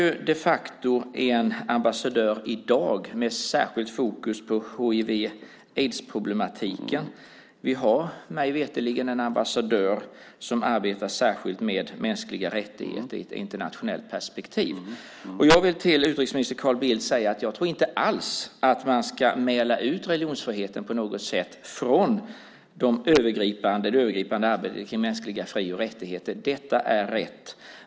Vi har de facto en ambassadör i dag med särskilt fokus på hiv/aids-problematiken. Vi har mig veterligen en ambassadör som arbetar särskilt med mänskliga rättigheter i ett internationellt perspektiv. Jag vill till utrikesminister Carl Bildt säga att jag inte alls tror att man ska mäla ut religionsfriheten på något sätt från det övergripande arbetet med mänskliga fri och rättigheter. Detta är rätt.